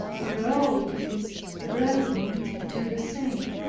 and wrote to his brethren to do the same.